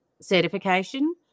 certification